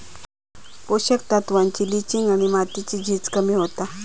पोषक तत्त्वांची लिंचिंग आणि मातीची झीज कमी होता